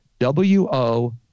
WO